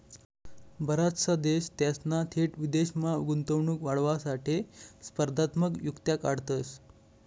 बराचसा देश त्यासना थेट विदेशमा गुंतवणूक वाढावासाठे स्पर्धात्मक युक्त्या काढतंस